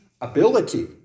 ability